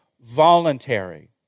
voluntary